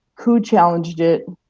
who challenged it,